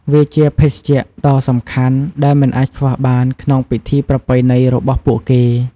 វាជាភេសជ្ជៈដ៏សំខាន់ដែលមិនអាចខ្វះបានក្នុងពិធីប្រពៃណីរបស់ពួកគេ។